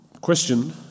question